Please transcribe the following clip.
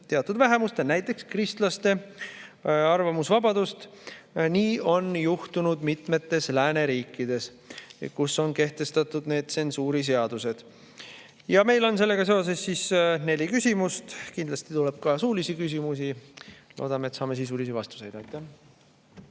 teatud vähemuste, näiteks kristlaste arvamusvabadust. Nii on juhtunud mitmetes lääneriikides, kus on kehtestatud tsensuuriseadused. Meil on sellega seoses neli küsimust. Kindlasti tuleb ka suulisi küsimusi. Loodame, et saame sisulisi vastuseid.